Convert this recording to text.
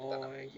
oh